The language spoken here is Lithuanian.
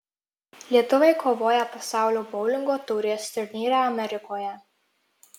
lietuviai kovoja pasaulio boulingo taurės turnyre amerikoje